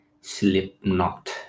slipknot